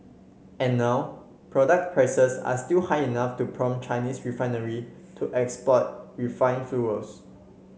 and now product prices are still high enough to prompt Chinese to export refined fuels